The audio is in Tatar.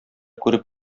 күреп